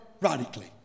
radically